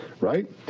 Right